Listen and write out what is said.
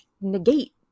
negate